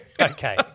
Okay